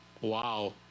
wow